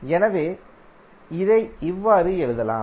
எனவே இதை இவ்வாறு எழுதலாம்